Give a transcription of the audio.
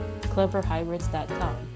CleverHybrids.com